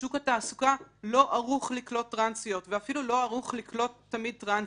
שוק התעסוקה לא ערוך לקלוט טרנסיות ואפילו לא ערוך לקלוט תמיד טרנסים,